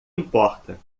importa